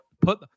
Put